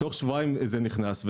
תוך שבועיים זה נכנס.